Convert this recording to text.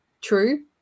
true